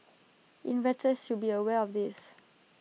investors should be aware of this